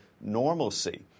normalcy